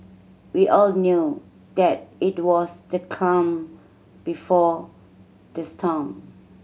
we all knew that it was the calm before the storm